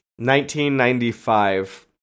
1995